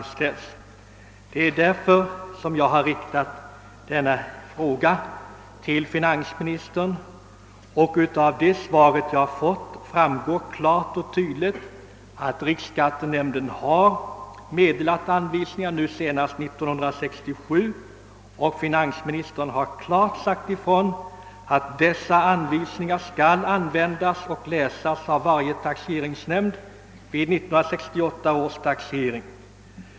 Detta är anledningen till min fråga till finansministern. Av det svar jag har fått framgår klart och tydligt att riksskattenämnden har meddelat anvisningar — senast 1967 — och att dessa anvisningar skall användas och läsas av varje taxeringsnämnd vid 1968 års taxering.